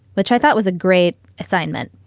which i thought was a great assignment,